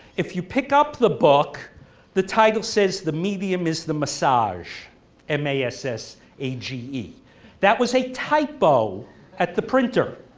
if you pick up the book the title says the medium is the massage m a s s a g e that was a typo at the printer.